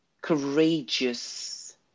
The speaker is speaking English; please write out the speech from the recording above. courageous